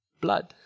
blood